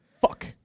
Fuck